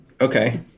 Okay